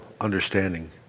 understanding